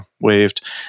waved